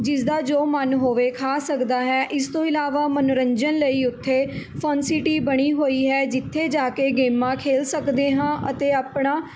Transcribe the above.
ਜਿਸ ਦਾ ਜੋ ਮਨ ਹੋਵੇ ਖਾ ਸਕਦਾ ਹੈ ਇਸ ਤੋਂ ਇਲਾਵਾ ਮਨੋਰੰਜਨ ਲਈ ਉੱਥੇ ਫੰਨ ਸਿਟੀ ਬਣੀ ਹੋਈ ਹੈ ਜਿੱਥੇ ਜਾ ਕੇ ਗੇਮਾਂ ਖੇਡ ਸਕਦੇ ਹਾਂ ਅਤੇ ਆਪਣਾ